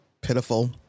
pitiful